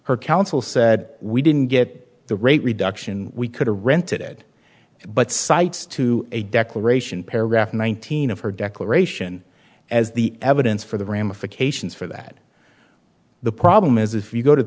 her counsel said we didn't get the rate reduction we coulda rented but cites to a declaration paragraph one thousand of her declaration as the evidence for the ramifications for that the problem is if you go to